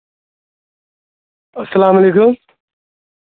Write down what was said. السّلام علیکم